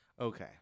Okay